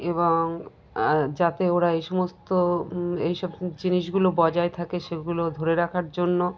বং যাতে ওরা এই সমস্ত এই সব জিনিসগুলো বজায় থাকে সেগুলো ধরে রাখার জন্য